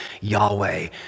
Yahweh